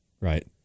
Right